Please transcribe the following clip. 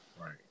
right